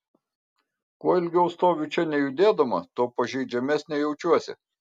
kuo ilgiau stoviu čia nejudėdama tuo pažeidžiamesnė jaučiuosi